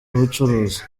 n’ubucuruzi